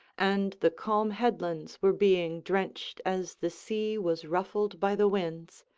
and the calm headlands were being drenched as the sea was ruffled by the winds,